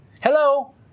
Hello